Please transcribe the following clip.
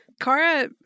Kara